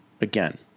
again